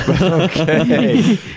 Okay